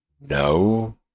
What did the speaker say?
No